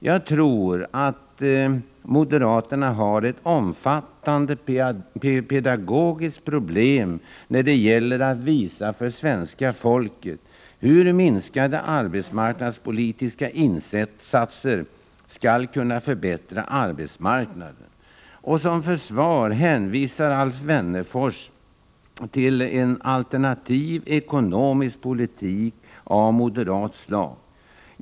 Jag tror att moderaterna har ett omfattande pedagogiskt problem när det gäller att visa för svenska folket hur minskade arbetsmarknadspolitiska insatser skall kunna förbättra arbetsmarknaden: Som försvar hänvisar Alf Wennerfors till en alternativ ekonomisk politik av moderat slag.